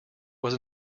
was